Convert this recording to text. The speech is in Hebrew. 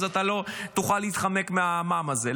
אז אתה תוכל להתחמק מהמע"מ הזה.